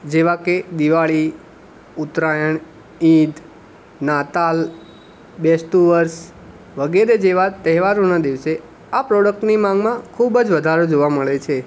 જેવા કે દિવાળી ઉત્તરાયણ ઈદ નાતાલ બેસતું વર્ષ વગેરે જેવા તહેવારોના દિવસે આ પ્રોડક્ટની માગમાં ખૂબ જ વધારો જોવા મળે છે